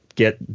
get